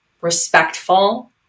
respectful